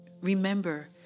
remember